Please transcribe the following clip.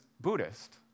Buddhist